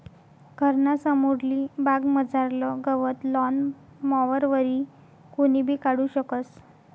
घरना समोरली बागमझारलं गवत लॉन मॉवरवरी कोणीबी काढू शकस